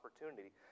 opportunity